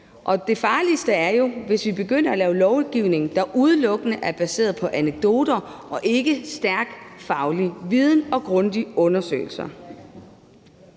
Det farligste ville jo være, hvis vi begyndte at lave lovgivning, der udelukkende er baseret på anekdoter og ikke på stærk faglig viden og grundige undersøgelser.